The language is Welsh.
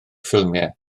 ffilmiau